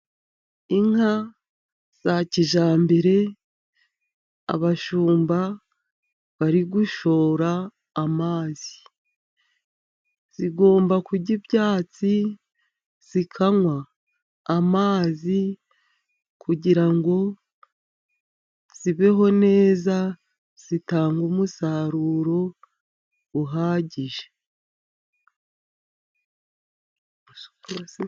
Inka za kijyambere abashumba bari gushora amazi. Zigomba kurya ibyatsi, zikanywa amazi, kugira ngo zibeho neza, zitanga umusaruro uhagije.